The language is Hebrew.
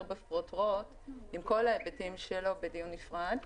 בפרוטרוט עם כל ההיבטים שלו בדיון נפרד,